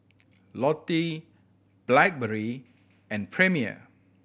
Lotte Blackberry and Premier